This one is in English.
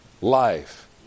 life